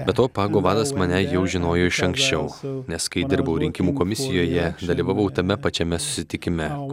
be to pago vadas mane jau žinojo iš anksčiau nes kai dirbau rinkimų komisijoje dalyvavau tame pačiame susitikime